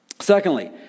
Secondly